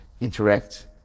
interact